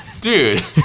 Dude